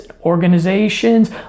organizations